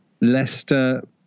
Leicester